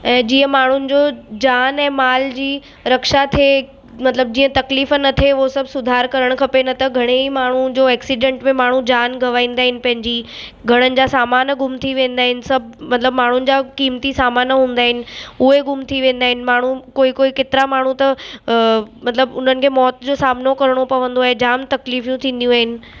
जीअं माण्हुनि जो जानु ऐं माल जी रक्षा थिए मतलबु जीअं तकलीफ़ु न थिए उहो सभु सुधारु करणु खपे न त घणाई माण्हुनि जो एक्सीडेंट में माण्हू जान गंवाईंदा आहिन पंहिंजी घणनि जा सामान गुम थी वेंदा आहिनि सभु मतलबु माण्हुनि जा क़ीमती सामानु हूंदा आहिनि उहे गुमु थी वेंदा आहिनि माण्हू कोई कोई केतिरा माण्हू त अ मतलबु उनखे मौत जो सामनो करिणो पवंदो आहे जामु तकलीफ़ूं थीदियूं आहिनि